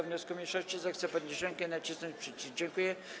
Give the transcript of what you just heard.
wniosku mniejszości, zechce podnieść rękę i nacisnąć przycisk.